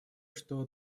что